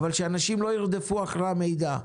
אבל שאנשים לא ירדפו אחרי המידע.